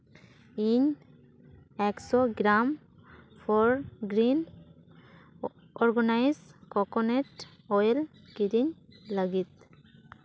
ᱤᱧ ᱮᱠᱥᱚ ᱜᱨᱟᱢ ᱯᱷᱚᱨᱜᱨᱤᱱ ᱚᱨᱜᱟᱱᱟᱭᱤᱥ ᱠᱳᱠᱳᱱᱟᱴ ᱳᱭᱮᱞ ᱠᱤᱨᱤᱧ ᱞᱟᱹᱜᱤᱫ